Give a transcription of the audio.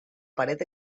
paret